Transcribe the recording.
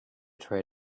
try